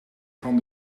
van